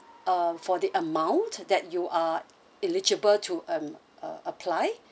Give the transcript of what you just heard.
uh for the amount that you are eligible to um apply